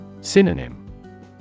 Synonym